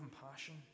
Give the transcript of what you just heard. compassion